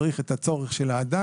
צריך את הצורך של האדם,